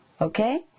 okay